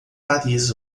paris